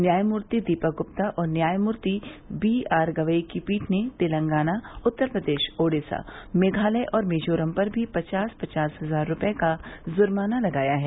न्यायमूर्ति दीपक गुप्ता और न्यायमूर्ति बी आर गवई की पीठ ने तेलंगाना उत्तर प्रदेश ओडिसा मेघालय और मिजोरम पर भी पचास पचास हजार रुपये का जुर्माना लगाया है